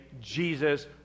Jesus